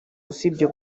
usibye